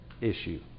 issue